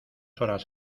horas